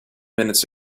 minutes